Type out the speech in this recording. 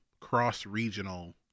cross-regional